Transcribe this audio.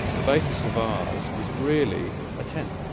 the basis of ours is really a tent.